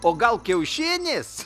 o gal kiaušinis